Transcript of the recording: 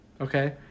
okay